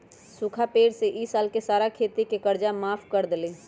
सूखा पड़े से ई साल के सारा खेती के कर्जा सरकार माफ कर देलई